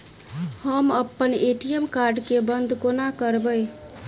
हम अप्पन ATM card केँ बंद कोना करेबै?